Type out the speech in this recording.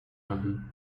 machen